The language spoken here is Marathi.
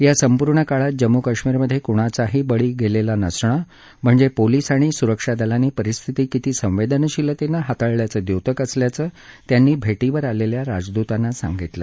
या संपूर्ण काळात जम्मू काश्मीरमध्ये कुणाचाही बळी गेलेला नसणं म्हणजे पोलीस आणि सुरक्षादलांनी परिस्थिती किती संवेदनशीलतेनं हाताळल्याचं द्योतक असल्याचं त्यांनी भेटीवर आलेल्या राजद्तांना सांगितलं